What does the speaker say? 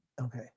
Okay